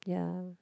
ya